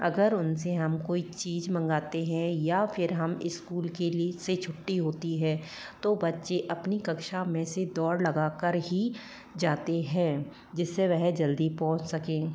अगर उनसे हम कोई चीज मंगाते हैं या फिर हम स्कूल के लिए से छुट्टी होती है तो बच्चे अपनी कक्षा में से दौड़ लगा कर ही जाते हैं जिससे वह जल्दी पहुँच सकें